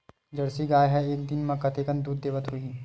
Jersey गाय ह एक दिन म कतेकन दूध देत होही?